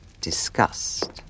Disgust